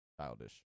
childish